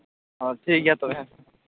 ᱦᱳᱭ ᱴᱷᱤᱠ ᱜᱮᱭᱟ ᱛᱚᱵᱮ ᱦᱮᱸ